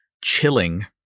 chilling